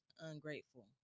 ungrateful